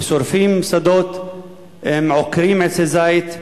הם שורפים שדות, הם עוקרים עצי זית,